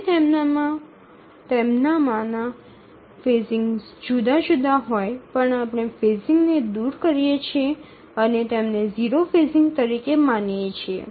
ભલે તેમનામાં ફેઝિંગ જુદાં જુદાં હોય પણ આપણે ફેઝિંગને દૂર કરીએ છીએ અને તેમને 0 ફેઝિંગ તરીકે માનીએ છીએ